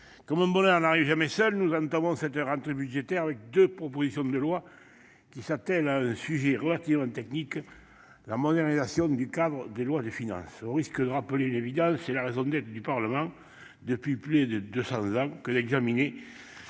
comme un bonheur n'arrive jamais seul, nous entamons cette rentrée budgétaire avec deux propositions de loi qui s'attellent à un sujet relativement technique : la modernisation du cadre des lois de finances. Au risque de rappeler une évidence, c'est la raison d'être du Parlement depuis plus de deux cents ans que d'examiner